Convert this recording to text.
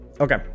Okay